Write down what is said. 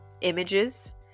images